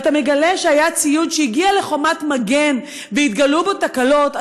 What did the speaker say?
ואתה מגלה שהיה ציוד שהגיע ל"חומת מגן" והתגלו בו תקלות,